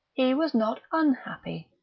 he was not unhappy.